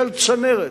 של צנרת,